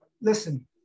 Listen